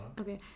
Okay